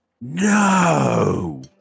No